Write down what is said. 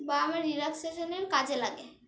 বা আমার রিল্যাক্সেশান কাজে লাগে